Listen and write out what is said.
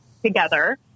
together